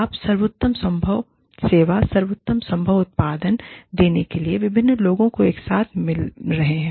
आप सर्वोत्तम संभव सेवा सर्वोत्तम संभव उत्पादन देने के लिए विभिन्न लोगों को एक साथ मिल रहे हैं